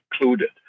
included